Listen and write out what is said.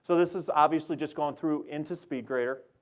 so this is obviously just going through into speedgrader,